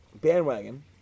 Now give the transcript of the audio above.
bandwagon